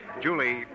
Julie